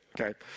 okay